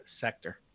sector